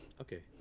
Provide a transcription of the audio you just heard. Okay